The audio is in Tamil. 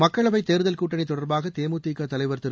மக்களவை தேர்தல் கூட்டணி தொடர்பாக தேமுதிக தலைவர் திரு